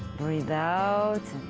breathe out,